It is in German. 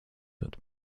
wird